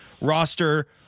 roster